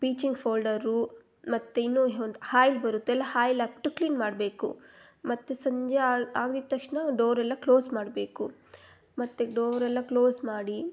beaching powder ಮತ್ತು ಇನ್ನೋಯ್ ಒಂದ್ ಹಾಯ್ಲ್ ಬರುತ್ತಲ್ಲಾ ಹಾಯ್ಲ್ ಹಾಕ್ಬಿಟ್ಟು ಕ್ಲೀನ್ ಮಾಡಬೇಕು ಮತ್ತು ಸಂಜೆ ಆಗಿದ ತಕ್ಷಣ ಡೋರ್ ಎಲ್ಲ ಕ್ಲೋಸ್ ಮಾಡಬೇಕು ಮತ್ತು ಡೋರೆಲ್ಲ ಕ್ಲೋಸ್ ಮಾಡಿ